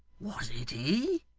was it he